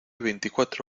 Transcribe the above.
veinticuatro